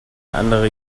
andere